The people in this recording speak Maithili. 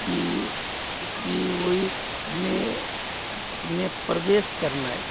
कि कि ओहिमे मे प्रवेश करनाइ